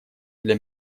для